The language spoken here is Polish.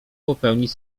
popełnić